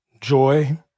joy